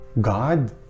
God